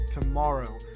tomorrow